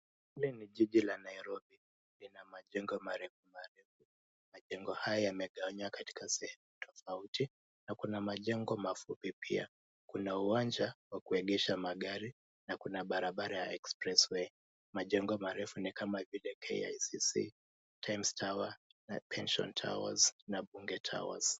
Hili ni jiji la Nairobi lina majengo marefu marefu, majengo haya yamegawanya katika sehemu tofauti na kuna majengo mafupi pia, kuna uwanja wakuegesha magari na kuna barabara ya Express Way .Majengo marefu ni kama vile KICC, Times Tower na Pension Towers na Bunge Towers.